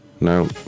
No